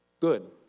good